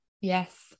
yes